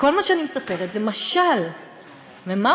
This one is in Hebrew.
כי כל מה שאני מספרת זה משל.